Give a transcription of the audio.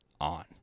on